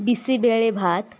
BC bele भात